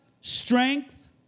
strength